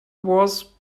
was